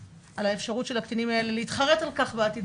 האפשרות של הקטינים האלה להתחרט על כך בעתיד,